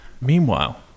meanwhile